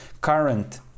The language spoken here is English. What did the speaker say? current